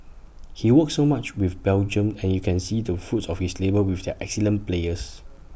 he's worked so much with Belgium and you can see the fruits of his labour with their excellent players